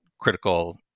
critical